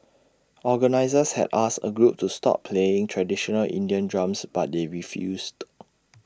organisers had asked A group to stop playing traditional Indian drums but they refused